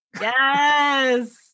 Yes